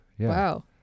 Wow